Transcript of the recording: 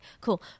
cool